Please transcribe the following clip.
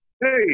Hey